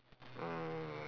mm